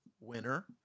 winner